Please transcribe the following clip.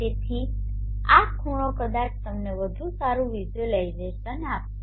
તેથી આ ખૂણો કદાચ તમને વધુ સારું વિઝ્યુલાઇઝેશન આપશે